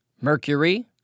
Mercury